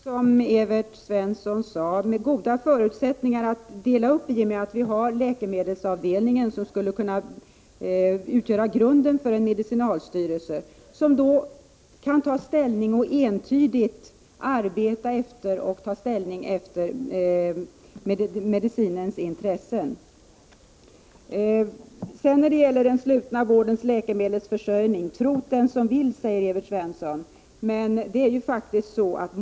Fru talman! Det finns goda förutsättningar att dela upp socialstyrelsen i och med att man där, som Evert Svensson sade, har en läkemedelsavdelning som skulle kunna utgöra grunden för en medicinalstyrelse, som entydigt kan arbeta för och ta ställning med hänsyn till medicinens intressen. Tro't den som vill, säger Evert Svensson när jag säger att läkemedlen i den slutna vården skulle kunna bli billigare om sjukvårdshuvudmännen själva fick upphandla läkemedel från leverantörer.